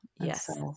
Yes